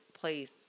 place